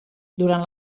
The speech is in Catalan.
durant